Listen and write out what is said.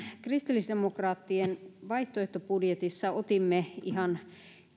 kristillisdemokraattien vaihtoehtobudjetissa otimme ihan